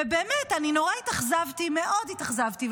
ובאמת, אני נורא התאכזבתי, מאוד התאכזבתי.